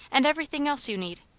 and everything else you need.